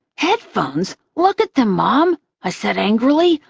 headphones? look at them, mom! i said angrily.